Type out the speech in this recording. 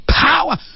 Power